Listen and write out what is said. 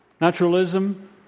Naturalism